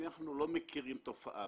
אנחנו לא מכירים תופעה,